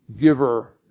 giver